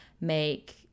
make